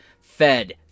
fed